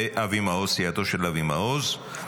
וסיעתו של אבי מעוז,